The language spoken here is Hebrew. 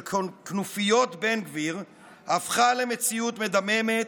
של כנופיות בן גביר הפכה למציאות מדממת,